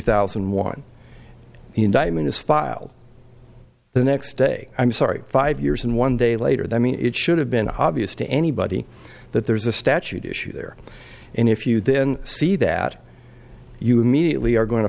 thousand and one indictment is filed the next day i'm sorry five years and one day later they mean it should have been obvious to anybody that there's a statute issue there and if you then see that you immediately are going to